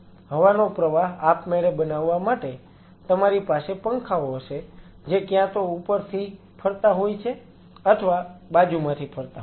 તેથી હવાનો પ્રવાહ આપમેળે બનાવવા માટે તમારી પાસે પંખાઓ હશે જે ક્યાં તો ઉપરથી ફરતા હોય છે અથવા બાજુમાંથી ફરતા હોય છે